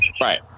right